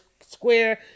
Square